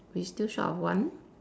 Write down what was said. we still short of one